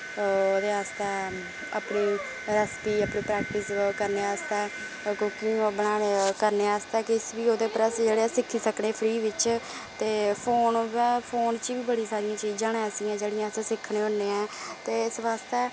ओह्दे आस्तै अपनी रैसपी अपनी प्रैक्टिस करने आस्तै कुकिंग बनाने करने आस्तै किश बी उ'दे उप्पर अस जेह्ड़े सिक्खी सकने फ्री बिच्च ते फोन व फोन च बी बड़ी सारियां चीजां न ऐसियां जेह्ड़ियां अस सिक्खने होन्ने ऐ ते इस वास्ते